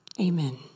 Amen